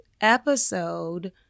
episode